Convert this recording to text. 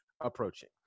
approaching